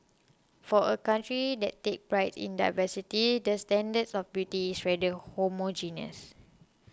for a country that takes pride in diversity the standards of beauty is rather homogeneous